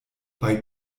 bei